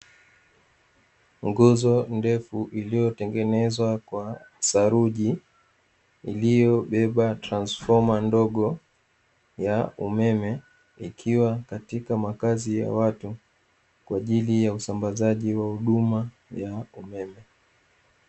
Nguzo ndefu iliyotengenezwa kwa saruji iliyobeba transfoma ndogo ya umeme, ikiwa katika makazi ya watu kwaajili ya usambazaji wa huduma ya umeme.